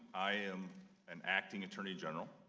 i am an acting attorney general,